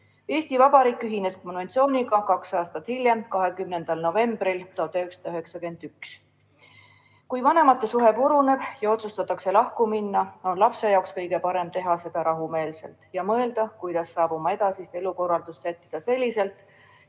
Eesti Vabariik ühines konventsiooniga kaks aastat hiljem, 20. novembril 1991.Kui vanemate suhe puruneb ja otsustatakse lahku minna, on lapse jaoks kõige parem teha seda rahumeelselt ja mõelda, kuidas saab oma edasist elukorraldust sättida selliselt,